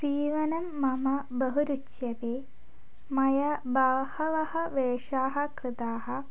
सीवनं मम बहु रुच्यते मया बहवः वेषाः कृताः